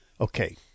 okay